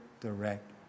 direct